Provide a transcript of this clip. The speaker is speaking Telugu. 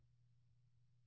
విద్యార్థి ఏది ఒకటి